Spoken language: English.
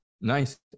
Nice